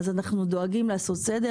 אנחנו דואגים לעשות סדר.